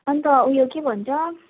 अन्त उयो के भन्छ